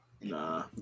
Nah